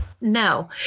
No